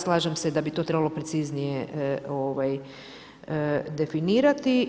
Slažem se da bi to trebalo preciznije definirati.